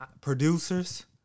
Producers